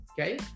okay